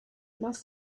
must